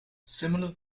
similar